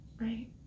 Right